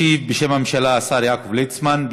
ישיב בשם הממשלה השר יעקב ליצמן,